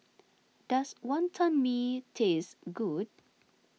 does Wantan Mee taste good